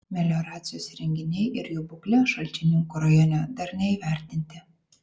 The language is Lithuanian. melioracijos įrenginiai ir jų būklė šalčininkų rajone dar neįvertinti